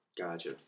Gotcha